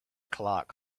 clark